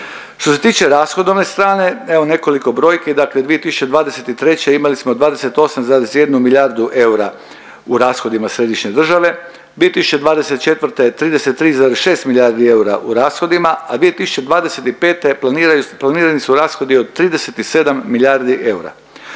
Što se tiče rashodovne strane, evo nekoliko brojki, dakle 2023. imali smo 28,1 milijardu eura u rashodima središnje države, 2024. 33,6 milijardi eura u rashodima, a 2025. planirani su rashodi od 37 milijardi eura.